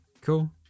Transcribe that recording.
cool